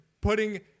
putting